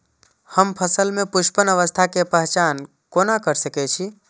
हम फसल में पुष्पन अवस्था के पहचान कोना कर सके छी?